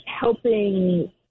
helping